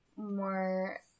More